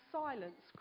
silence